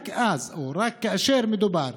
רק כאשר מדובר